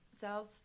south